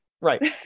Right